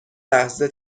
لحظه